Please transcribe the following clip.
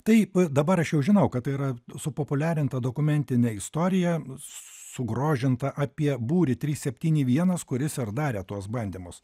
taip dabar aš jau žinau kad tai yra supopuliarinta dokumentinė istorija sugrožinta apie būrį trys septyni vienas kuris ir darė tuos bandymus